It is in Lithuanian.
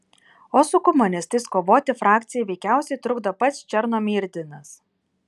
o su komunistais kovoti frakcijai veikiausiai trukdo pats černomyrdinas